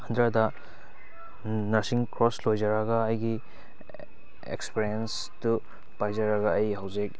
ꯑꯟꯗ꯭ꯔꯗ nursing course ꯂꯏꯖꯔꯒ ꯑꯩꯒꯤ ꯑꯦꯛꯁꯄꯦꯔꯦꯟꯁꯇꯨ ꯄꯥꯏꯖꯔꯒ ꯑꯩ ꯍꯧꯖꯤꯛ